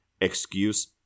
excuse